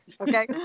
Okay